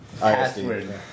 password